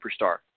superstar